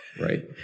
Right